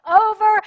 over